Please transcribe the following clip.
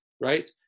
right